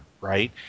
right